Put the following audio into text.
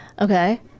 Okay